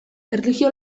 erlijio